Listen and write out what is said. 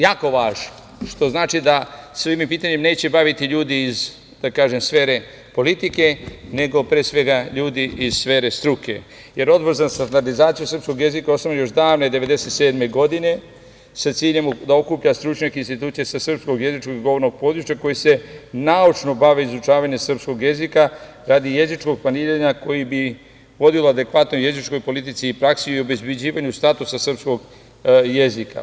Jako je važno, što znači da se ovim pitanjem neće baviti ljudi iz, da kažem, sfere politike nego pre svega ljudi iz sfere struke, jer Odbor za standardizaciju srpskog jezika je osnovan još davne 1997. godine sa ciljem da okuplja stručnjake institucija sa srpskog jezičkog i govornog područja koji se naučno bave izučavanje srpskog jezika radi jezičkog planiranja koji bi vodila adekvatnoj jezičkog politici i praksi i obezbeđivanju statusa srpskog jezika.